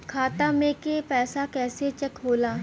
खाता में के पैसा कैसे चेक होला?